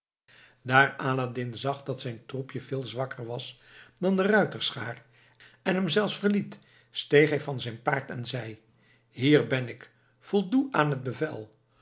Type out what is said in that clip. daar aladdin zag dat zijn troepje veel zwakker was dan de ruiterschaar en hem zelfs verliet steeg hij van zijn paard en zei hier ben ik voldoe aan het bevel